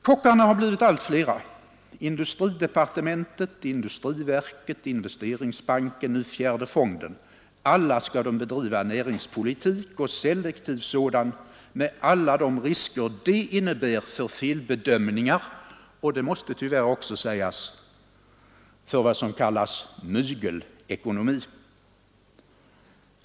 Kockarna har blivit allt flera. Industridepartementet, industriverket, investeringsbanken, nu den fjärde AP-fonden — alla skall de bedriva näringspolitik och selektiv sådan med alla de risker det innebär för felbedömningar och — det måste tyvärr också sägas — för vad som kallas mygelekonomi.